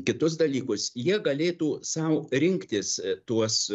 kitus dalykus jie galėtų sau rinktis tuos